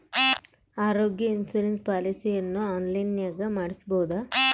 ಆರೋಗ್ಯ ಇನ್ಸುರೆನ್ಸ್ ಪಾಲಿಸಿಯನ್ನು ಆನ್ಲೈನಿನಾಗ ಮಾಡಿಸ್ಬೋದ?